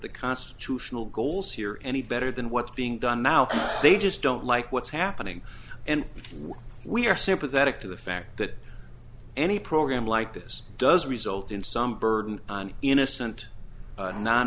the constitutional goals here any better than what's being done now they just don't like what's happening and we are sympathetic to the fact that any program like this does result in some burden on innocent non